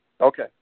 Okay